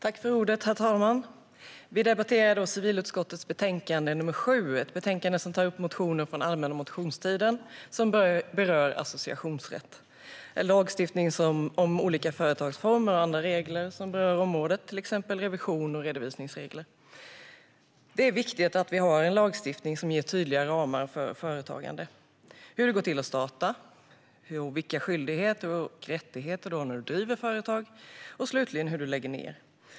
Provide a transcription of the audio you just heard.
Herr talman! Vi debatterar i dag civilutskottets betänkande nr 7. Det är ett betänkande som tar upp motioner från den allmänna motionstiden som berör associationsrätt. Det är lagstiftning om olika företagsformer och andra regler som berör området, till exempel revision och redovisningsregler. Det är viktigt att vi har en lagstiftning som ger tydliga ramar för företagande, hur det går till att starta, vilka skyldigheter och rättigheter du har när du driver företag och slutligen hur du lägger ned.